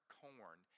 corn